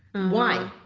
why?